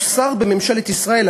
הוא שר בממשלת ישראל,